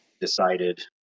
decided